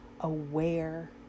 aware